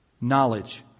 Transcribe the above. knowledge